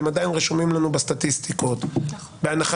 והם עדיין רשומים לנו בסטטיסטיקות בהנחה